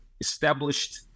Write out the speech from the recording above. established